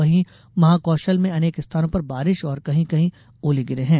वहीं महाकौशल में अनेक स्थानों पर बारिश और कहीं कहीं ओले गिरे हैं